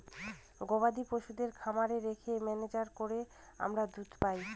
গবাদি পশুদের খামারে রেখে ম্যানেজ করে আমরা দুধ পাবো